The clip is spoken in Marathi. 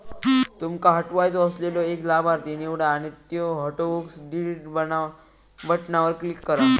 तुमका हटवायचो असलेलो एक लाभार्थी निवडा आणि त्यो हटवूक डिलीट बटणावर क्लिक करा